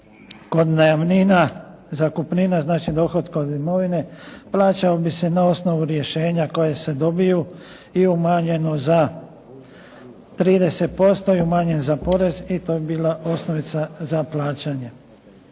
Kod najamnina, zakupnina znači dohotka od imovine, plaćalo bi se na osnovu rješenja koja se dobiju i umanjenu za 30% i umanjen za porez i to bi bila osnovica za plaćanje.